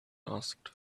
asked